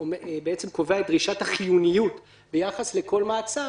שבעצם קובע את דרישת החיוניות ביחס לכל מעצר